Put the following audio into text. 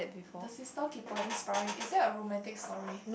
the sister keeper inspiring is that a romantic story